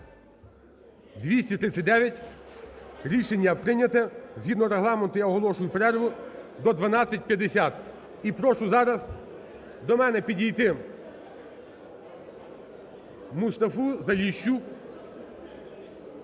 За-239 Рішення прийняте. Згідно Регламенту я оголошую перерву до 12.50. І прошу зараз до мене підійти Мустафу, Заліщук,